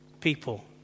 people